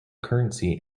currency